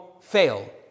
fail